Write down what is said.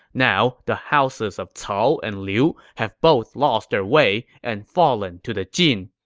now, the houses of cao and liu have both lost their way and fallen to the jin.